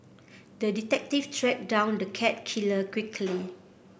the detective tracked down the cat killer quickly